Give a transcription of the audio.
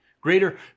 greater